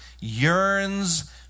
yearns